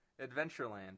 Adventureland